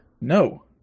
No